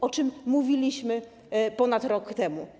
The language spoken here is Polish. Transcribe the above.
O tym mówiliśmy ponad rok temu.